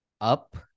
up